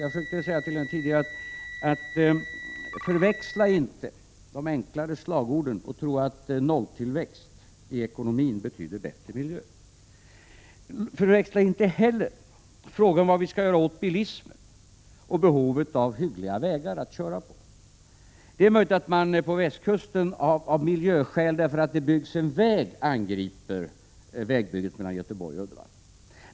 Jag försökte tidigare säga till Viola Claesson: Förväxla inte de enklare slagorden och tro inte att nolltillväxt i ekonomin betyder bättre miljö. Förväxla inte heller frågan om vad vi skall göra åt bilismen med behovet av hyggliga vägar att köra på. Det är möjligt att man på västkusten av miljöskäl, på grund av att det byggs en väg, angriper vägbygget mellan Göteborg och Uddevalla.